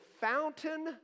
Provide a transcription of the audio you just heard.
fountain